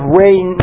rain